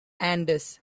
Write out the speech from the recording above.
andes